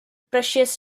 precious